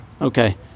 okay